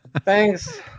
Thanks